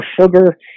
sugar